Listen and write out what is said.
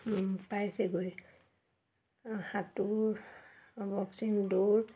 পাইছেগৈ সাঁতোৰ বক্সিং দৌৰ